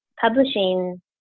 publishing